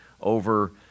over